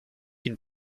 une